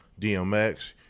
DMX